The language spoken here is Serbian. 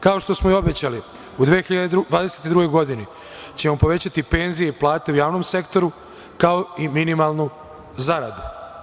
Kao što smo i obećali, u 2022. godini ćemo povećati penzije i plate u javnom sektoru, kao i minimalnu zaradu.